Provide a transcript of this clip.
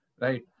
right